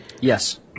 Yes